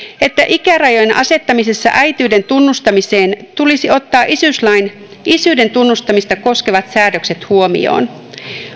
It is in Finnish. että ikärajojen asettamisessa äitiyden tunnustamiseen tulisi ottaa isyyslain isyyden tunnustamista koskevat säädökset huomioon